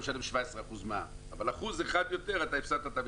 משלם 17% מע"מ אבל אם באחוז אחד יותר אתה הפסדת את המכרז.